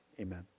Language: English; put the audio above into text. Amen